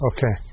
Okay